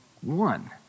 One